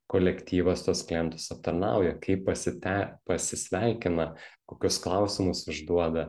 kolektyvas tuos klientus aptarnauja kaip pasite pasisveikina kokius klausimus užduoda